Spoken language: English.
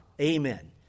Amen